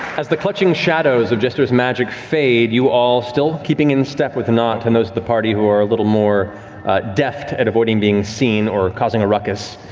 as the clutching shadows of jester's magic fade, you all still keeping in step with nott and those of the party who are a little more deft at avoiding being seen or causing a ruckus,